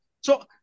So-